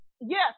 Yes